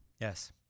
Yes